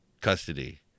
custody